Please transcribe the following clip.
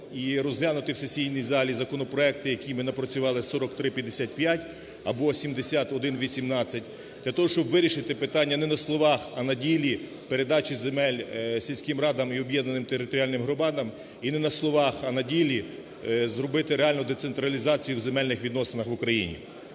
і розглянути в сесійній залі законопроекти, які ми напрацювали: 4355 або 7118, - для того, щоб вирішити питання не на словах, а на ділі передачі земель сільським радам і об'єднаним територіальним громадам. І не на словах, а на ділі зробити реальну децентралізацію в земельних відносинах в Україні.